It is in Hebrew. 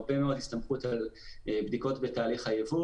יש הרבה מאוד הסתמכות על בדיקות בתהליך הייבוא